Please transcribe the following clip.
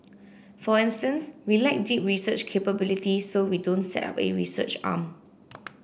for instance we lack deep research capability so we don't set up a research arm